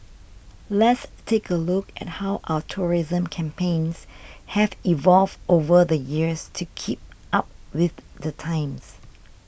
let's take a look at how our tourism campaigns have evolved over the years to keep up with the times